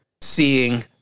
Seeing